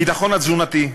הביטחון התזונתי,